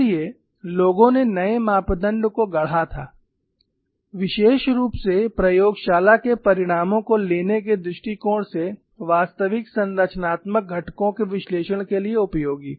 इसलिए लोगों ने नए मापदंडों को गढ़ा था विशेष रूप से प्रयोगशाला के परिणामों को लेने के दृष्टिकोण से वास्तविक संरचनात्मक घटकों के विश्लेषण के लिए उपयोगी